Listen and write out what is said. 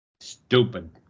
Stupid